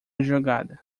jogada